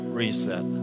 reset